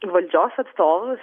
valdžios atstovus